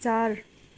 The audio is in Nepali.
चार